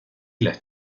las